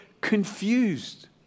confused